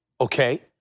okay